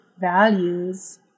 values